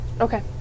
Okay